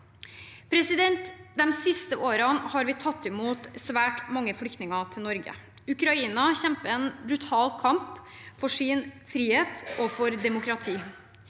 året før. De siste årene har vi tatt imot svært mange flyktninger til Norge. Ukraina kjemper en brutal kamp for sin frihet og for demokrati.